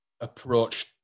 approach